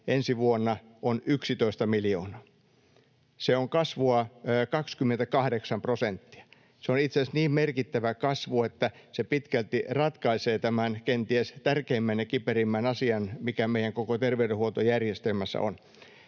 ensi vuonna on 11 miljoonaa. Se on kasvua 28 prosenttia. Se on itse asiassa niin merkittävä kasvu, että se pitkälti ratkaisee tämän kenties tärkeimmän ja kiperimmän asian, mikä meidän koko terveydenhuoltojärjestelmässä on.